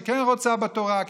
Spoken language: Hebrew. שכן רוצה בתורה,